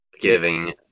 giving